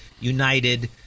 United